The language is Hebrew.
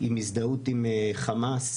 עם הזדהות עם חמאס.